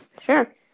Sure